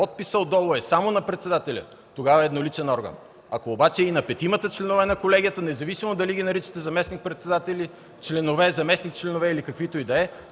подписът отдолу е само на председателя, тогава е едноличен орган. Ако обаче е и на петимата членове на колегията, независимо дали ги наричате заместник-председатели, членове, заместник-членове или каквито и да е,